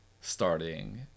starting